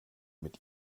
mit